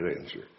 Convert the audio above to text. answer